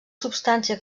substància